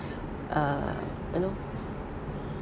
uh uh lor